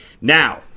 Now